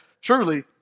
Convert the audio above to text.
truly